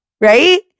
Right